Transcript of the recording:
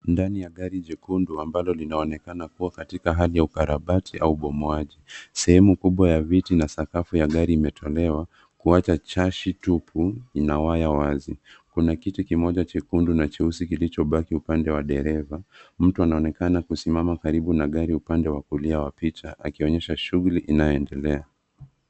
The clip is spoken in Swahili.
Ndani ya gari jekundu ambalo linaonekana kuwa katika harakati ya uundaji au ubomoaji. Sehemu kubwa ya viti na sakafu ya gari imetolewa kuwacha chashi tupu na waya wazi. Kuna kiti kimoja chekundu na cheusi kilichobaki upande wa dereva. Mtu anaonekana kusimama karibu na gari upande wa kulia wa picha akionyesha shughuli inayoendelea.